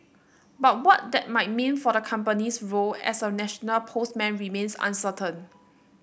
but what that might mean for the company's role as a national postman remains uncertain